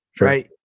Right